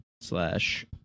Slash